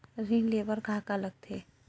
ऋण ले बर का का लगथे?